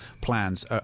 plans